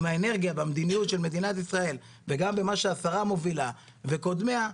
עם האנרגיה והמדיניות של מדינת ישראל וגם במה שהשרה מובילה וקודמיה,